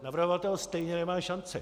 Navrhovatel stejně nemá šanci.